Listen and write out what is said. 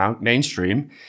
mainstream